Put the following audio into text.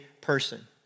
person